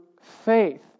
faith